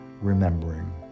remembering